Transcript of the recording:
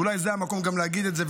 אולי זה המקום גם להגיד את זה,